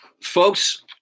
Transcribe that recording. Folks